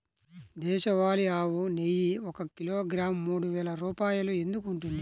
దేశవాళీ ఆవు నెయ్యి ఒక కిలోగ్రాము మూడు వేలు రూపాయలు ఎందుకు ఉంటుంది?